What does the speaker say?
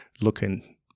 looking